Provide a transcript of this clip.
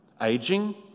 aging